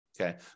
Okay